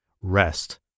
Rest